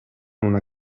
una